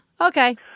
okay